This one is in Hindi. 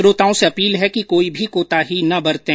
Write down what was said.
श्रोताओं से अपील है कि कोई भी कोताही न बरतें